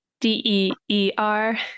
d-e-e-r